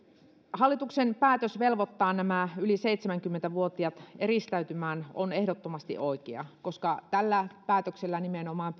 hallituksen päätös velvoittaa nämä yli seitsemänkymmentä vuotiaat eristäytymään on ehdottomasti oikea koska tällä päätöksellä nimenomaan